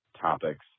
topics